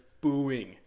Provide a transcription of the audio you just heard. booing